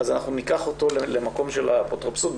אנחנו ניקח אותו למקום של אפוטרופסות?